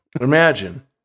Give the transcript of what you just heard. imagine